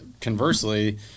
conversely